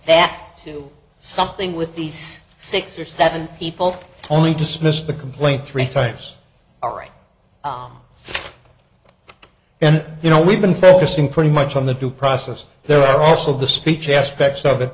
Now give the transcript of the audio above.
that to something with these six or seven people only dismissed the complaint three types are right and you know we've been focusing pretty much on the due process there are also the speech aspects of it